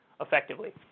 effectively